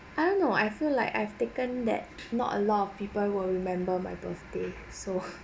I don't know I feel like I've taken that not a lot of people will remember my birthday so